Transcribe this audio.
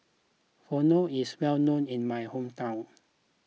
Pho is well known in my hometown